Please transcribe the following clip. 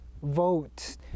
Vote